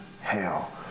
hell